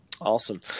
Awesome